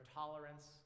tolerance